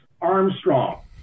Armstrong